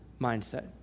mindset